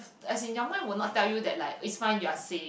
as in your mind will not tell you that like is fine you're safe